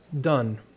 done